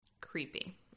Creepy